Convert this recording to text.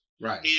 Right